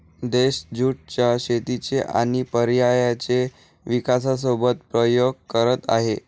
देश ज्युट च्या शेतीचे आणि पर्यायांचे विकासासोबत प्रयोग करत आहे